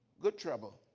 good trouble,